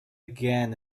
again